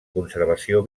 conservació